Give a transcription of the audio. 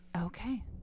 Okay